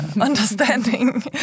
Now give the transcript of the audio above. understanding